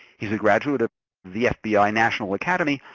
he's a graduate of the fbi national academy,